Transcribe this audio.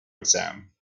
exam